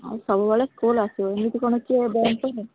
ଆଉ ସବୁବେଳେ ସ୍କୁଲ ଆସିବ ଏମିତି କ'ଣ କିଏ ବନ୍ଦ କରେ